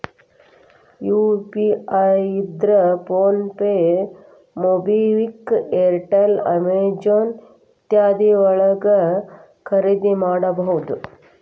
UPI ಇದ್ರ PhonePe MobiKwik Airtel Amazon ಇತ್ಯಾದಿ ಯೊಳಗ ಖರಿದಿಮಾಡಬಹುದು